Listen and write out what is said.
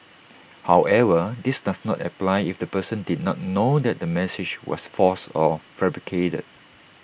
however this does not apply if the person did not know that the message was false or fabricated